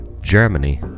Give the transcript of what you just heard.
Germany